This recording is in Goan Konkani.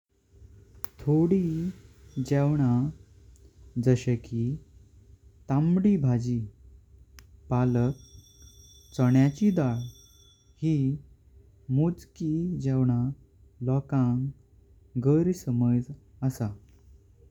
थोडी जेवण जासी की ताबडी भाजी, पालक, चण्याची। डाल ही मजकी जेवण लोणकां गरसामज असा।